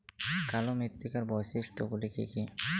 কালো মৃত্তিকার বৈশিষ্ট্য গুলি কি কি?